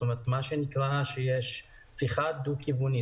כלומר כשיש שיחה דו-כיוונית,